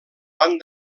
van